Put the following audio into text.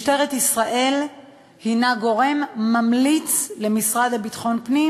משטרת ישראל היא גורם ממליץ למשרד לביטחון פנים